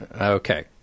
Okay